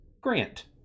Grant